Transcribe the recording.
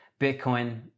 Bitcoin